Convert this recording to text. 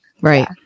Right